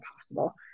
possible